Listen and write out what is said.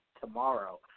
tomorrow